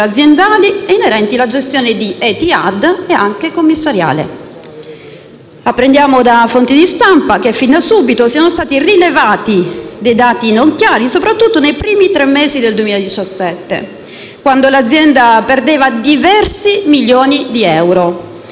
economica inerente alla gestione di Etihad e anche a quella commissariale. Apprendiamo da fonti di stampa che fin da subito sono stati rilevati dati non chiari, soprattutto nei primi tre mesi del 2017, quando l'azienda perdeva diversi milioni di euro.